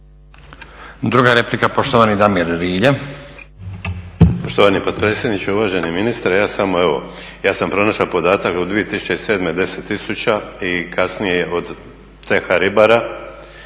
Druga replika poštovani Damir Rilje.